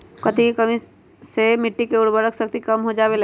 कथी के कमी से मिट्टी के उर्वरक शक्ति कम हो जावेलाई?